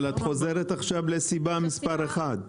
אבל את חוזרת עכשיו לסיבה מספר אחת.